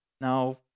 Now